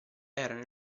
erano